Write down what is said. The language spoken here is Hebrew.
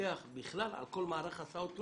מפקח בכלל על כל מערך ההסעות.